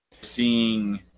Seeing